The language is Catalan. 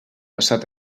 passat